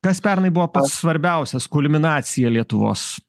kas pernai buvo pats svarbiausias kulminacija lietuvos